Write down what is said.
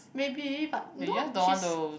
maybe but no she's